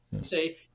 Say